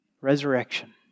Resurrection